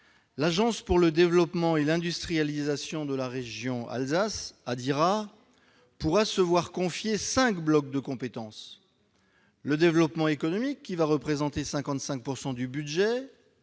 l'Agence pour le développement et l'industrialisation de la région Alsace, l'Adira, pourra se voir confier cinq blocs de compétences : le développement économique- 55 % du budget